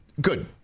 good